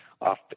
off